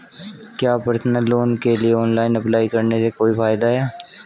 क्या personal loan के लिए ऑनलाइन अप्लाई करने से कोई फायदा है?